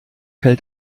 hält